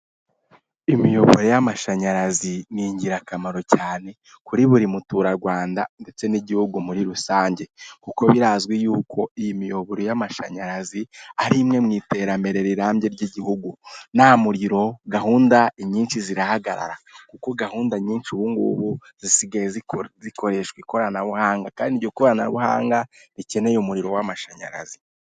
Imiyoboro y'amashanyarazi ni ingirakamaro cyane kuri buri muturarwanda ndetse n'igihugu muri rusange kuko birazwi yuko iyi miyoboro y'amashanyarazi ari imwe mu iterambere rirambye ry'igihugu nta muriro gahunda nyinshi zirahagarara kuko gahunda nyinshi ubungubu zisigaye zikoreshwa ikoranabuhanga kandi iryo koranabuhanga rikeneye umuriro w'amashanyarazi.